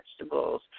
vegetables